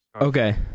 Okay